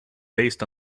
based